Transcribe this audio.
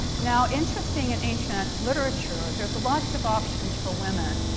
now interesting in ancient literature, there's lots of options for women.